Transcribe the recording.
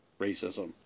racism